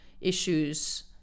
issues